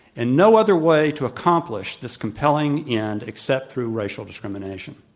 and no other way to accomplish this compelling end except through racial discrimination.